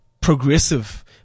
progressive